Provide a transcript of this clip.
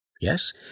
Yes